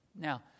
Now